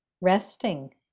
resting